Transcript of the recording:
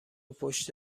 پشت